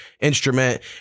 instrument